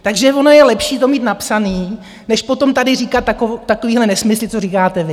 Takže ono je lepší to mít napsané, než potom tady říkat takovéhle nesmysly, co říkáte vy!